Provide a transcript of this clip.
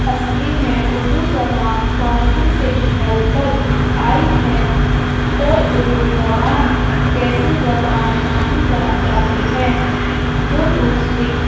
اصلی میں اردو زبان فارسی سے نکل کر آئی ہے اور اردو زبان کیسی زبان مانی جاتی ہے جو دوسری